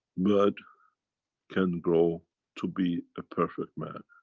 but can grow to be a perfect man.